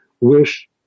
wish